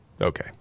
Okay